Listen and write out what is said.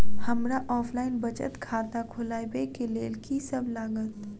हमरा ऑफलाइन बचत खाता खोलाबै केँ लेल की सब लागत?